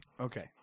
Okay